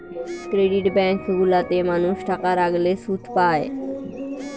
credit bank গুলা তে মানুষ টাকা রাখলে শুধ পায়